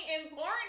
important